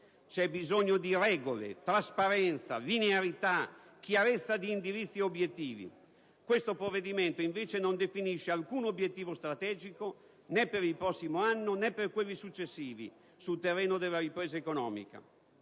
C'è bisogno di regole, trasparenza, linearità e chiarezza di indirizzi e obiettivi. Questo provvedimento, invece, non definisce alcun obiettivo strategico - né per il prossimo anno, né per quelli successivi - sul terreno della ripresa economica;